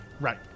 Right